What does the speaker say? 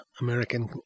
American